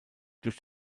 durch